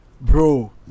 bro